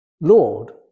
Lord